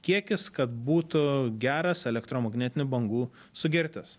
kiekis kad būtų geras elektromagnetinių bangų sugertis